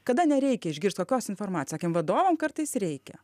kada nereikia išgirs kokios informacijos kokiem vadovams kartais reikia